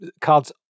cards